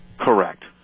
Correct